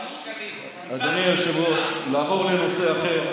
ברשותך, אדוני היושב-ראש, לעבור לנושא אחר.